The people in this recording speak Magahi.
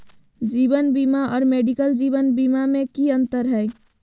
जीवन बीमा और मेडिकल जीवन बीमा में की अंतर है?